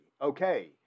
okay